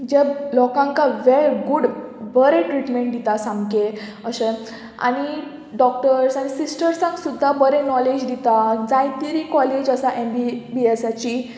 जे लोकांक वे गूड बरे ट्रिटमेंट दिता सामके अशे आनी डॉक्टर्स आनी सिस्टर्सांक सुद्दां बरे नॉलेज दिता जाय तरी कॉलेज आसा एम बी बी एसाची